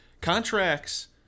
Contracts